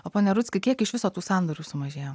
o pone rudzki kiek iš viso tų sandorių sumažėjo